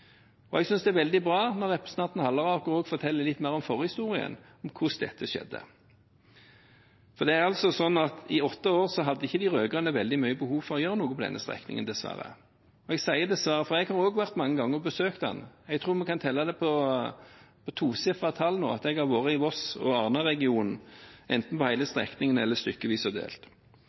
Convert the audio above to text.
Jeg synes det er veldig bra når representanten Halleraker forteller litt mer om forhistorien, om hvordan dette skjedde, for i åtte år hadde ikke de rød-grønne veldig stort behov for å gjøre noe på denne strekningen, dessverre. Jeg sier «dessverre», for jeg har også vært mange ganger og besøkt den. Jeg tror det er et tosifret antall ganger jeg har vært i Voss og Arna-regionen, enten på hele strekningen eller stykkevis og delt.